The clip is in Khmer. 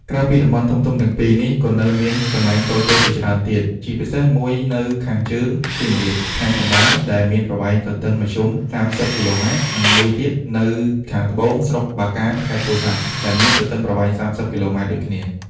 ក្រៅពីតំបន់ធំៗទាំងពីរនេះ ក៏នៅមានកន្លែងតូចៗជាច្រើនទៀត ជាពិសេសមួយនៅខាងជើង សៀមរាបផ្នែកកណ្ដាល ដែលមានប្រវែងទទឹងមធ្យម ៣០ គីឡូម៉ែត្រ និងមួយទៀតនៅខាងត្បូង ស្រុកបាកាន ខេត្តពោធិ៍សាត់ ដែលមានទទឹងប្រវែង ៣០ គីឡូម៉ែត្រដូចគ្នា។